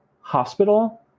hospital